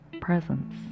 presence